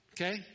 okay